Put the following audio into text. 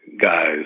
guys